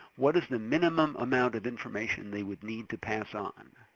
what is the minimum amount of information they would need to pass on?